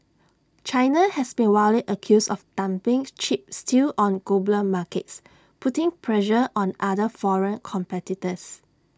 China has been widely accused of dumping cheap steel on global markets putting pressure on other foreign competitors